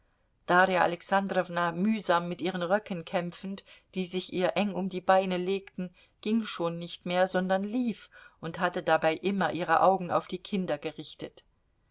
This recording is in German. darja alexandrowna mühsam mit ihren röcken kämpfend die sich ihr eng um die beine legten ging schon nicht mehr sondern lief und hatte dabei immer ihre augen auf die kinder gerichtet